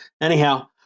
Anyhow